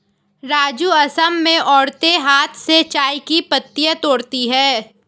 राजू असम में औरतें हाथ से चाय की पत्तियां तोड़ती है